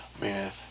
man